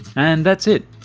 and that's it.